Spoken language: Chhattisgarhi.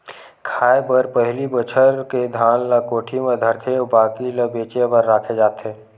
खाए बर पहिली बछार के धान ल कोठी म धरथे अउ बाकी ल बेचे बर राखे जाथे